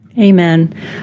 Amen